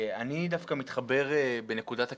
אני דווקא מתחבר בנקודת הקצה.